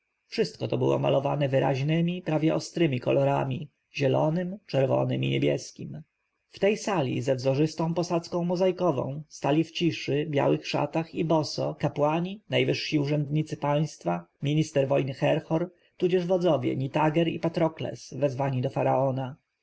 wszystko to było malowane wyraźnemi prawie ostremi kolorami zielonym czerwonym i niebieskim w tej sali ze wzorzystą posadzką mozaikową stali w ciszy białych szatach i boso kapłani najwyżsi urzędnicy państwa minister wojny herhor tudzież wodzowie nitager i patrokles wezwani